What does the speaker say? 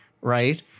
right